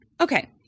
Okay